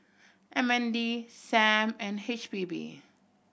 M N D Sam and H P B